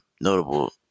notable